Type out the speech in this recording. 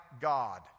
God